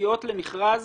מוציאות למכרז